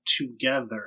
together